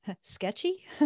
sketchy